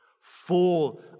full